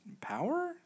power